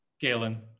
Galen